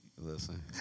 Listen